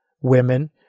women